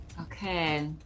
Okay